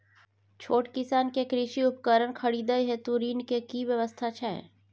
छोट किसान के कृषि उपकरण खरीदय हेतु ऋण के की व्यवस्था छै?